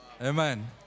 Amen